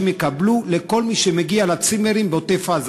יקבלו לכל מי שמגיע לצימרים בעוטף-עזה.